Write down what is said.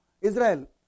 Israel